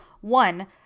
one